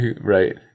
Right